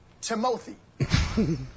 Timothy